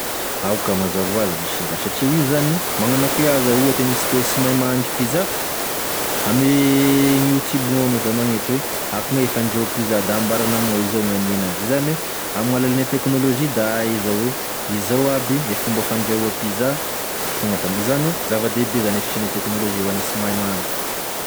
Ao ka mazava oazy zashe izà satria io zany, magnano akoa iao zao ohatry aniasika oe sy mahay mahandro pizza, ame gny youtube gn'ao anao da magnety oe akogn'aia gne fandrahoa pizza da ambarany amign'ao izao gn'ania anazy, zany oe amign'alalane teknôlojia da ahaiza oe izao aby e fomba fandrahoa pizza, da tonga da- zany oe zava-dehibe zany e fisia teknolojia ho ane sy mahay mahandro.